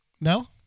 No